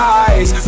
eyes